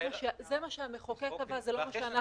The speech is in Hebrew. זה מה שהמחוקק קבע ולא מה שאנחנו קבענו.